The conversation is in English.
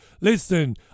listen